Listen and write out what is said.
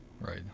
Right